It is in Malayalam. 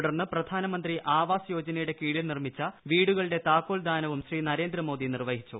തുടർന്ന് പ്രധാനമന്ത്രി ആവാസ് യോജനയുടെ കീഴിൽ നിർമ്മിച്ച വീടുകളുടെ താക്കോൽദാനവും പ്രധാനമന്ത്രി നിർവ്വഹിച്ചു